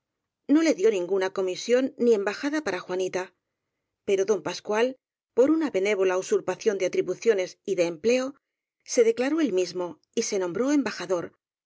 no le dió ninguna comisión ni embajada para juanita pero don pascual por una benévola usur pación de atribuciones y de empleo se declaró él mismo y se nombró embajador